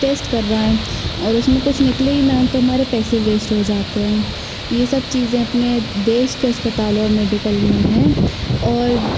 test करवाएँ और उसमें कुछ निकले ही न तो हमारा पैसे वेस्ट जाते हैं ये सब चीज़ें अपने देश के अस्पताल ओ मेडिकल में हैं और